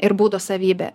ir būdo savybė